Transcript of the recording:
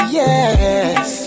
yes